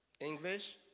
English